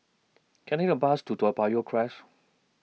Can I Take A Bus to Toa Payoh Crest